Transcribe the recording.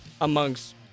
amongst